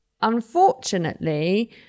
Unfortunately